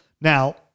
Now